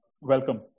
Welcome